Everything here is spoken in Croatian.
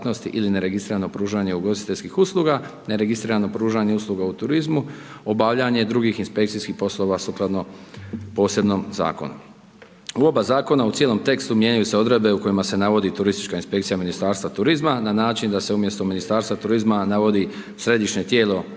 U oba zakona u cijelom tekstu mijenjaju se odredbe na kojima se navodi turistička inspekcija Ministarstva turizma na način da se umjesto Ministarstva turizma navodi središnje tijelo